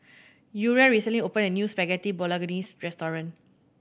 Uriah recently opened a new Spaghetti Bolognese restaurant